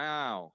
Wow